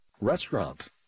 restaurant